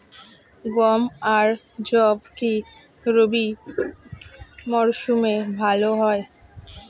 গম আর যব কি রবি মরশুমে ভালো হয়?